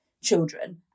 children